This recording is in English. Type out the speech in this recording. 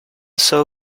sew